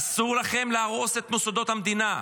אסור לכם להרוס את מוסדות המדינה.